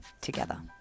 together